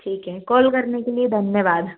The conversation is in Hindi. ठीक है कॉल करने के लिए धन्यवाद